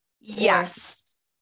Yes